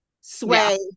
sway